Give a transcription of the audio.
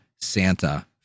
Santa